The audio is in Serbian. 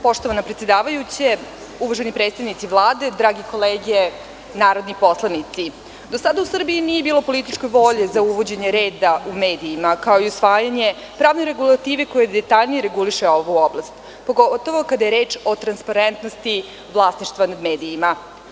Poštovana predsedavajući, uvaženi predstavnici Vlade, drage kolege narodni poslanici, do sada u Srbiji nije bilo političke volje za uvođenje reda u medijima kao i usvajanje pravne regulative koje detaljnije regulišu ovu oblast, pogotovo kada je reč o transparentnosti vlasništva nad medijima.